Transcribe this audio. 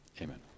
Amen